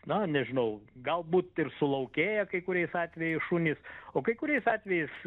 na nežinau galbūt ir sulaukėję kai kuriais atvejais šunys o kai kuriais atvejais